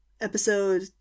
episode